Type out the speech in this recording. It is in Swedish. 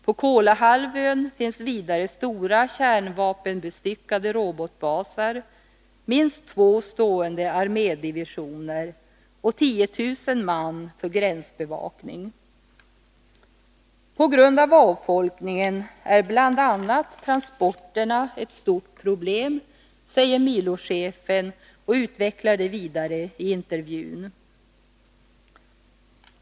På Kolahalvön finns vidare stora kärnvapenbestyckade robotbaser, minst två stående armédivisioner och 10 000 man för gränsbevakning. På grund av avfolkningen blir bl.a. transporterna ett stort problem, säger milochefen och utvecklar detta vidare i intervjun.